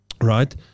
right